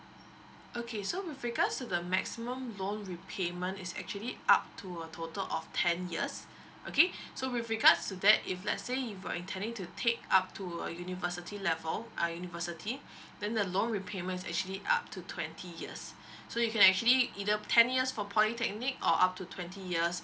okay so with regards to the maximum loan repayment is actually up to a total of ten years okay so with regards to that if let's say if you are intending to take up to a university level uh university then the loan repayment is actually up to twenty years so you can actually either ten years for polytechnic or up to twenty years